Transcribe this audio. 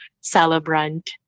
celebrant